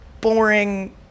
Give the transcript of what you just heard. boring